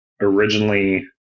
originally